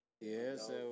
Yes